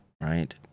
right